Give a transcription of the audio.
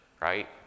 right